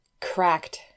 cracked